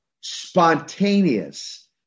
spontaneous